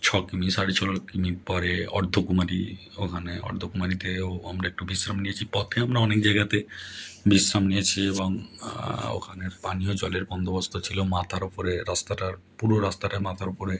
ছ কিমি সাড়ে ছ কিমি পরে অর্ধকুমারী ওখানে অর্ধকুমারীতেও আমরা একটু বিশ্রাম নিয়েছি পথে আমরা অনেক জায়গাতে বিশ্রাম নিয়েছি এবং ওখানে পানীয় জলের বন্দোবস্ত ছিল মাথার উপরে রাস্তাটার পুরো রাস্তাটায় মাথার উপরে